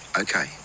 okay